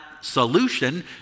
solution